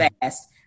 fast